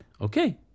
Okay